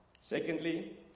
Secondly